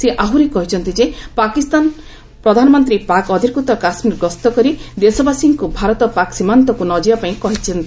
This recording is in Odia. ସେ ଆହୁରି କହିଛନ୍ତି ଯେ ପାକିସ୍ତାନ ପ୍ରଧାନମନ୍ତ୍ରୀ ପାକ୍ ଅଧିକୃତ କାଶ୍ମୀର ଗସ୍ତକରି ଦେଶବାସୀଙ୍କୁ ଭାରତ ପାକ୍ ସୀମାନ୍ତକୁ ନ ଯିବା ପାଇଁ କହିଥିଲେ